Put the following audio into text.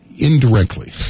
Indirectly